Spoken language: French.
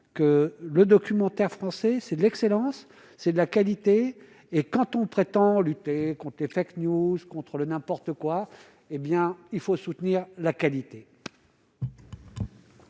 que le documentaire français c'est l'excellence, c'est la qualité, et quand on prétend lutter conter fake News contre le n'importe quoi, hé bien il faut soutenir la qualité.